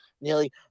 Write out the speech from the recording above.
nearly